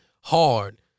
hard